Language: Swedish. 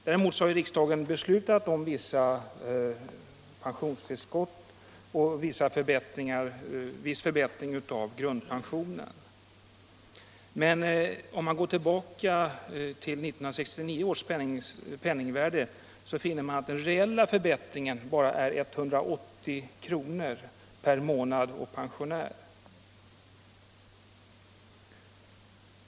Däremot har riksdagen beslutat om vissa pensionstillskott och viss förbättring av grundpensionen. Men om man går tillbaka till 1969 års penningvärde finner man att den reella förbättringen bara är 180 kr. per månad och pensionär.